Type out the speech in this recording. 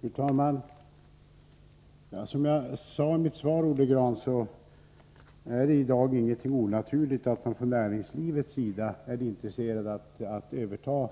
Fru talman! Som jag nyss sade i mitt svar är det i dag inte onaturligt att man från näringslivets sida är intresserad av att överta